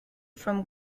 from